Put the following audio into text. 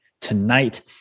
tonight